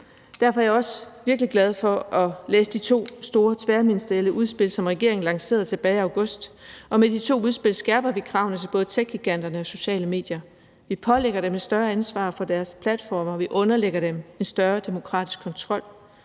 Derfor er jeg også virkelig glad for at læse de to store tværministerielle udspil, som regeringen lancerede tilbage i august, og med de to udspil skærper vi kravene til både techgiganterne og de sociale medier. Vi pålægger dem et større ansvar for deres platforme, og vi underlægger dem en større demokratisk kontrol.